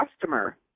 customer